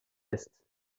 est